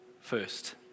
first